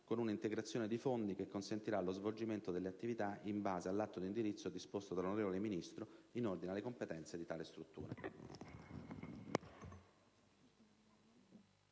con una integrazione di fondi che consentirà lo svolgimento delle attività in base all'atto di indirizzo disposto dal Ministro in ordine alle competenze di tale struttura.